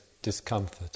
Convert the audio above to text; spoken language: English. discomfort